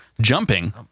Jumping